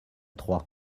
trois